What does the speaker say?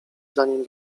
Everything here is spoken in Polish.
zanim